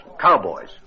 Cowboys